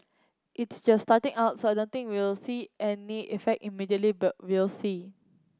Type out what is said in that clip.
it's just starting out so I don't think we'll see any effect immediately but we'll see